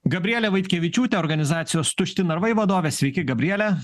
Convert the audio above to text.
gabrielė vaitkevičiūtė organizacijos tušti narvai vadovė sveiki gabriele